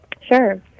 Sure